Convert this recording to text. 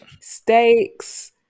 steaks